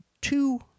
two